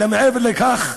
אלא מעבר לכך,